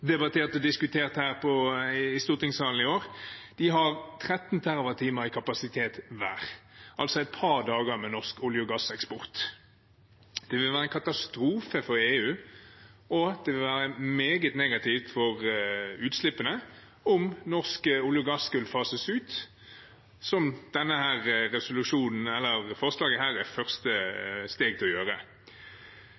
i stortingssalen, 13 TWh hver i kapasitet, altså et par dager med norsk olje- og gasseksport. Det ville være en katastrofe for EU og meget negativt for utslippene om norsk olje og gass skulle fases ut, som dette forslaget er første steg til å gjøre. SV var jo imot koronaskattepakken i oljesektoren her